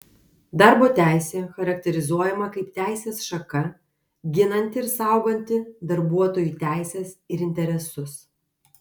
darbo teisė charakterizuojama kaip teisės šaka ginanti ir sauganti darbuotojų teises ir interesus